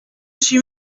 suis